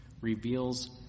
reveals